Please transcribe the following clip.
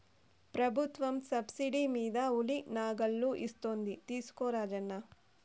ప్రభుత్వం సబ్సిడీ మీద ఉలి నాగళ్ళు ఇస్తోంది తీసుకో రాజన్న